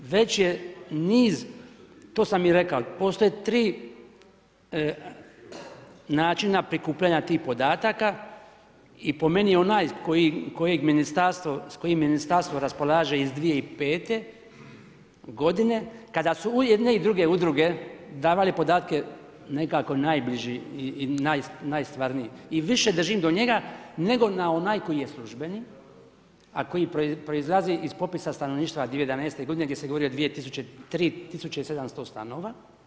Već je niz, to sam i rekao, postoje tri načina prikupljanja tih podataka i po meni onaj kojeg ministarstvo, s kojim ministarstvo raspolaže iz 2005. godine kada su i jedne i druge udruge davale podatke nekako najbliži i najstvarniji i više držim do njega nego na onaj koji je službeni, a koji proizlazi iz popisa stanovništva 2011. godine gdje se govori o 2700 stanova.